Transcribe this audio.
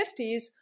1950s